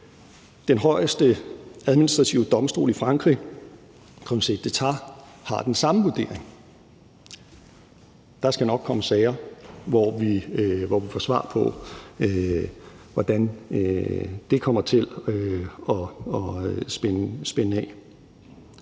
Den højeste administrative domstol i Frankrig, Conseil d'État, har den samme vurdering. Der skal nok komme sager, hvor vi får svar på, hvordan det kommer til at spænde af.